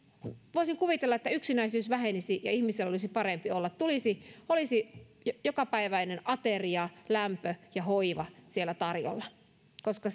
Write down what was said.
voisin kuvitella että yksinäisyys vähenisi ja ihmisillä olisi parempi olla siellä olisi jokapäiväinen ateria lämpö ja hoiva tarjolla koska